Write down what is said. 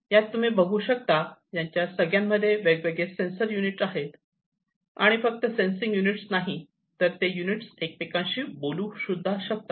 यात तुम्ही बघू शकता यांच्या सगळ्यांमध्ये वेगवेगळे सेन्सर युनिट आहेत आणि फक्त सेन्सिंग युनिटस नाही तर ते युनिटस एकमेकांशी बोलूसुद्धा शकतात